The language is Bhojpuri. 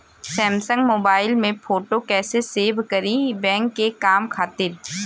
सैमसंग मोबाइल में फोटो कैसे सेभ करीं बैंक के काम खातिर?